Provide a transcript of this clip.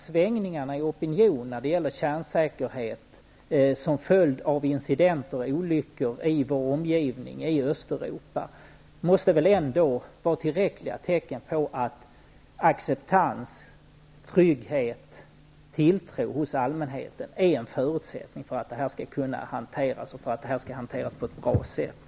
Svängningarna i opinionen när det gäller kärnsäkerhet, som följd av incidenter och olyckor i vår omgivning i Östeuropa, måste väl ändå vara tillräckliga tecken på att acceptans, trygghet och tilltro hos allmänheten är en förutsättning för att det här frågan skall kunna hanteras på ett bra sätt.